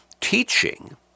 teaching